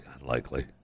unlikely